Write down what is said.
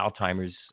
Alzheimer's